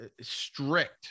strict